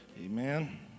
amen